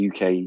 UK